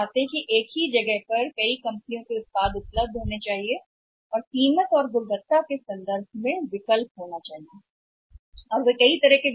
तो लोग चाहते हैं यह है कि हाँ वे एक ही स्थान पर उपलब्ध विभिन्न कंपनियों के उत्पाद होने चाहिए कीमत के संदर्भ में गुणवत्ता के संदर्भ में विकल्प उपलब्ध हैं